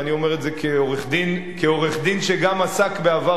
ואני אומר את זה כעורך-דין שגם עסק בעבר